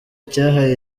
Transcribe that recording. cyahaye